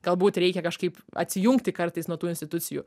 galbūt reikia kažkaip atsijungti kartais nuo tų institucijų